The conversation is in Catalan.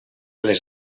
les